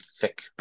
thick